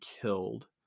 killed